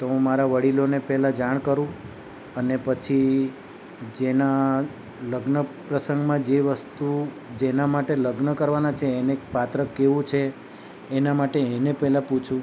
તો હું મારા વડીલોને પહેલાં જાણ કરું અને પછી જેના લગ્ન પ્રસંગમાં જે વસ્તુ જેના માટે લગ્ન કરવાના છે એને પાત્ર કેવું છે એના માટે એને પહેલાં પૂછું